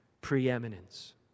preeminence